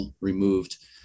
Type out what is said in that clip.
removed